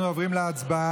אנחנו עוברים להצבעה,